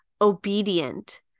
obedient